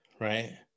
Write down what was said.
right